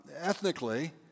ethnically